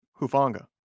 Hufanga